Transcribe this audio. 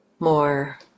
more